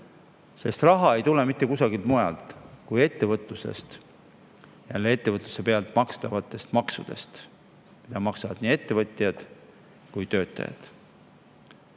luua. Raha ei tule mitte kusagilt mujalt kui ettevõtlusest ja ettevõtluse pealt makstavatest maksudest, mida maksavad nii ettevõtjad kui töötajad.